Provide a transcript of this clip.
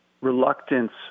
reluctance